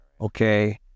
okay